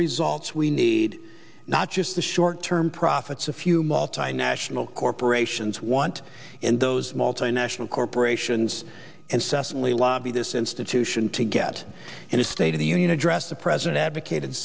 results we need not just the short term profits a few multinational corporations want in those multinational corporations and cessna to lobby this institution to get in a state of the union address the president advocated